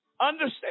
understand